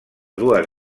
dues